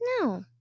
No